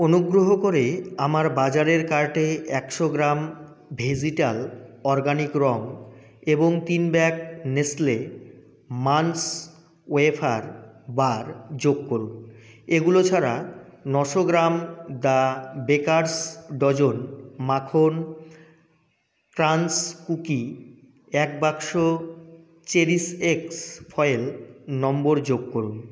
অনুগ্রহ করে আমার বাজারের কার্টে একশো গ্রাম ভেজিটাল অর্গ্যানিক রঙ এবং তিন bag Nestle Munch wafer bar যোগ করুন এগুলো ছাড়া নশো গ্রাম দ্য বেকার্স ডজন মাখন ক্রাঞ্চ কুকি এক বাক্স চেরিশ এক্স ফয়েল নম্বর যোগ করুন